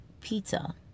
pizza